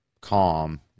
calm